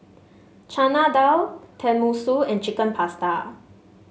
Chana Dal Tenmusu and Chicken Pasta